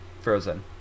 Frozen